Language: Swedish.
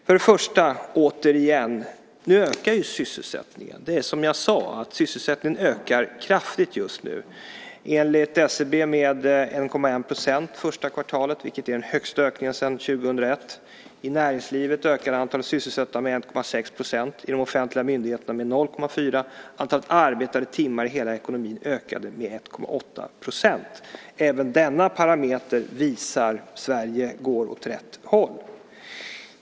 Först och främst vill jag återigen säga att sysselsättningen nu ökar. Som jag sade ökar sysselsättningen kraftigt just nu. Enligt SCB ökade den med 1,1 % under det första kvartalet, vilket är den största ökningen sedan 2001. I näringslivet ökade antalet sysselsatta med 1,6 % och i de offentliga myndigheterna med 0,4 %. Antalet arbetade timmar i hela ekonomin ökade med 1,8 %. Även denna parameter visar att Sverige går åt rätt håll.